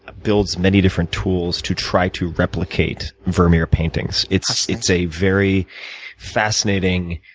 ah build many different tools to try to replicate vermeer paintings. it's it's a very fascinating,